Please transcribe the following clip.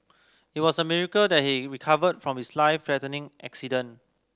it was a miracle that he recovered from his life threatening accident